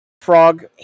frog